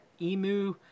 emu